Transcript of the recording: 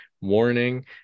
Warning